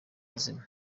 buzima